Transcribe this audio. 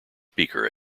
speaker